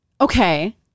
Okay